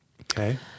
Okay